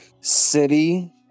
city